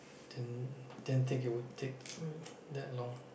didn't didn't it would take that long